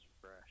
fresh